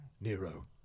Nero